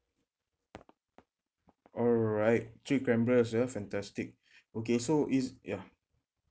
alright three cameras ah fantastic okay so is ya